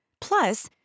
Plus